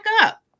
up